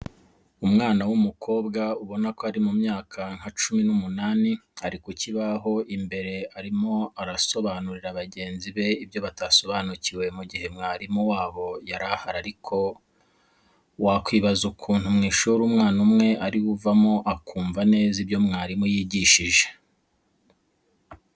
Umwana w'umukobwa ubona ko ari mu myaka nka cumi n'umunani ari ku kibaho imbere arimo arasobanurira bagenzi be ibyo batasobanukiwe mu gihe mwarimu wabo yari ahari ariko wakwibaza ukuntu mu ishuri umwana umwe ari we uvamo akumva neza ibyo mwarimu yigihije.